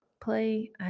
play